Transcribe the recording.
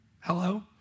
Hello